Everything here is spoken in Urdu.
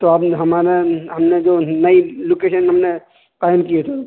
تو اب ہم نے جو نئی لوکیشن ہم نے قائم کی ہے سر